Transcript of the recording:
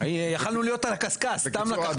יכולנו להיות על הקשקש, סתם לקחת לנו.